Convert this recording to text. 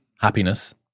happiness